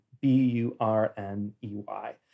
b-u-r-n-e-y